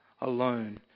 alone